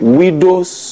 widows